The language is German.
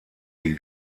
die